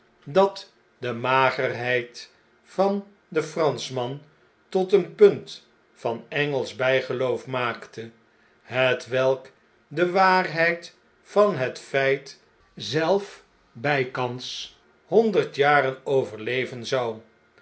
van de zwakke gestalte datdemagerbeid van den franschman tot een punt van engelsch btfgeloof maakte hetwelk de waarheid van het feit zelf bjjkans honderd jaren overleven zou